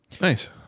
Nice